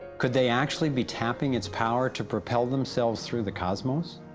could they actually be tapping its power to propel themselves through the cosmos?